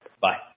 Bye